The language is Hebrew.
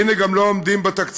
והנה גם לא עומדים בתקציבים,